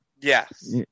Yes